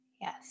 Yes